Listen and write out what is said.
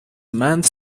manned